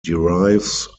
derives